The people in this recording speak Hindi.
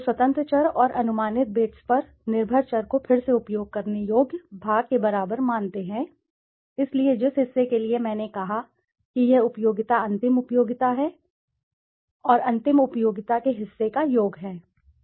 तो स्वतंत्र चर और अनुमानित बेट्स पर निर्भर चर को फिर से उपयोग करने योग्य भाग के बराबर मानते हैं इसलिए जिस हिस्से के लिए मैंने कहा कि यह उपयोगिता अंतिम उपयोगिता है और अंतिम उपयोगिता उपयोगिता के हिस्से का योग है